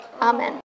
amen